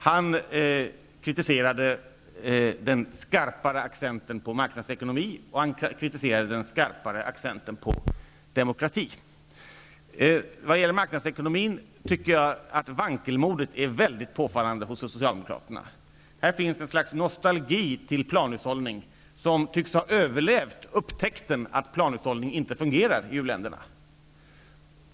Han kritiserade den skarpare accenten på marknadsekonomi, och han kritiserade den skarpare accenten på demokrati. När det gäller marknadsekonomi tycker jag att vankelmodet är mycket påfallande hos Socialdemokraterna. Det finns ett slags nostalgi till planhushållning som tycks ha överlevt upptäckten att planhushållning inte fungerar i u-länderna.